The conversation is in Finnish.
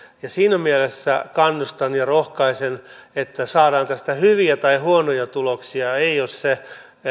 siinä mielessä kannustan ja rohkaisen että saadaan tästä hyviä tai huonoja tuloksia ei se